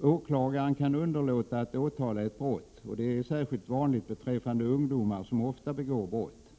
Åklagaren kan underlåta att åtala ett brott, och det är särskilt vanligt beträffande ungdomar som ofta begår brott.